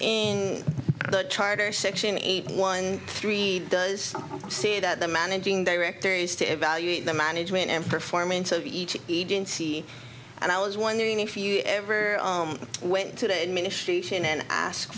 to charter section eight one three does say that the managing director is to evaluate the management and performance of each agency and i was wondering if you ever went to the administration and ask